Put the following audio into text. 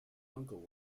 uncle